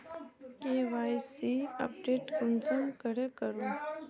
KYC update कुंसम करे करूम?